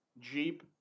Jeep